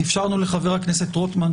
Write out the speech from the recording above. אפשרנו לחבר הכנסת רוטמן,